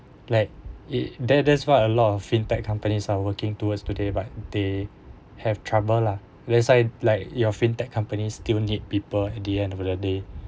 like it there that's why a lot of fintech companies are working towards today but they have trouble lah let's say like your fintech companies still need people at the end of the day